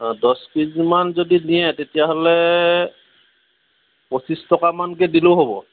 দহ কেজিমান যদি নিয়ে তেতিয়াহ'লে পঁচিছ টকামানকে দিলেও হ'ব